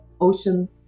ocean